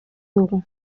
dugu